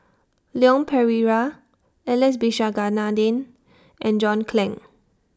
Leon Perera Alex Abisheganaden and John Clang